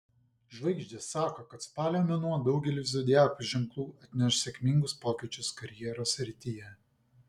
žvaigždės sako kad spalio mėnuo daugeliui zodiako ženklų atneš sėkmingus pokyčius karjeros srityje